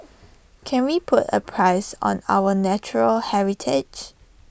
can we put A price on our natural heritage